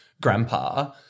Grandpa